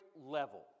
level